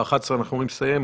ב-11:00 אנחנו אמורים לסיים.